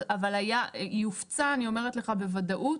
היא הופצה אני אומרת לך בוודאות.